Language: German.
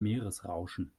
meeresrauschen